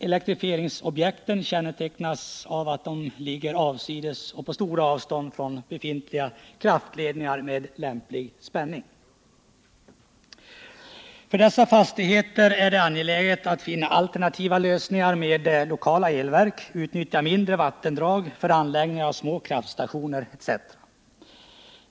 Elektrifieringsobjekten kännetecknas av att de ligger avsides och på stora avstånd från befintliga kraftledningar med lämplig spänning. För dessa fastigheter är det angeläget att finna alternativa lösningar med lokala elverk, utnyttja mindre vattendrag för anläggningar av små kraftstationer etc.